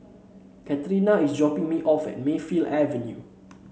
Katerina is dropping me off at Mayfield Avenue